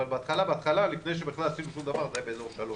אבל בהתחלה בהתחלה לפני שבכלל עשינו משהו זה היה באזור 3%,